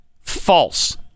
false